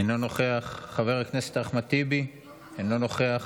אינו נוכח, חבר הכנסת אחמד טיבי, אינו נוכח.